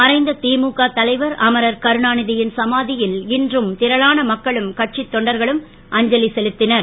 மறைந்த திமுக தலைவர் அமரர் கருணாநிதியின் சமாதியில் இன்றும் திரளான மக்களும் கட்சி தொண்டர்களும் அஞ்சலி செலுத்தினர்